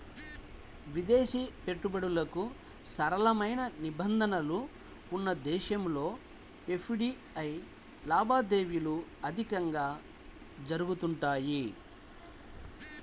విదేశీ పెట్టుబడులకు సరళమైన నిబంధనలు ఉన్న దేశాల్లో ఎఫ్డీఐ లావాదేవీలు అధికంగా జరుగుతుంటాయి